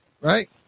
right